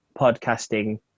podcasting